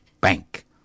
Bank